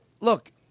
look